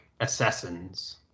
assassins